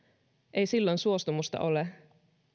ei silloin suostumusta ole